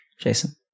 Jason